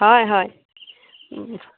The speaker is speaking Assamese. হয় হয়